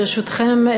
ברשותכם,